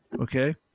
okay